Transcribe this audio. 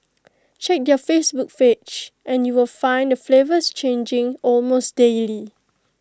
check their Facebook page and you will find the flavours changing almost daily